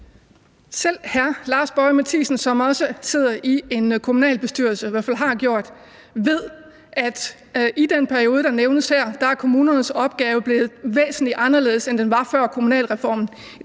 Selv hr. Lars Boje Mathiesen, som også sidder i en kommunalbestyrelse, eller i hvert fald har gjort det, ved, at i den periode, der nævnes her, er kommunernes opgave blevet væsentlig anderledes, end den var før kommunalreformen.